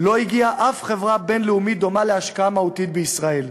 לא הגיעה אף חברה בין-לאומית דומה להשקעה מהותית בישראל.